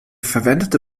verwendete